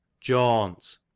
jaunt